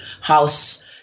house